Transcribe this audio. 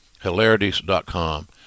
Hilarities.com